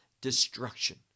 Destruction